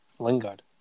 Lingard